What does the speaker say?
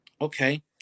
Okay